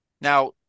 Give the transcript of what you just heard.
now